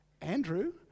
Andrew